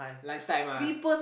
lunchtime ah